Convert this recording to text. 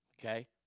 okay